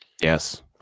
Yes